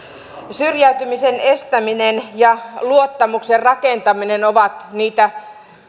syrjäytymisen estäminen ja luottamuksen rakentaminen ovat niitä